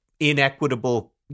inequitable